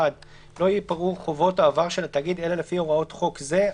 (1)לא ייפרעו חובות העבר של התאגיד אלא לפי הוראות חוק זה,